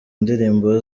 ndirimbo